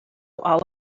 all